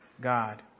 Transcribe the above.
God